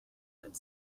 but